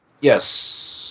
Yes